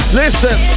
listen